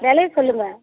விலைய சொல்லுங்கள்